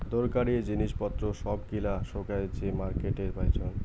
দরকারী জিনিস পত্র সব গিলা সোগায় যে মার্কেটে পাইচুঙ